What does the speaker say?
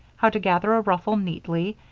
how to gather a ruffle neatly,